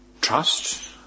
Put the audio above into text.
trust